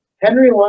Henry